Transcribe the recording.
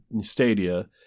Stadia